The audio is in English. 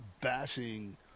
bashing